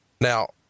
Now